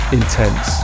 intense